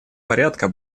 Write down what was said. порядка